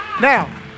Now